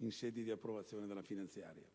in sede di approvazione della finanziaria.